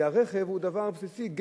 כי הרכב הוא דבר בסיסי.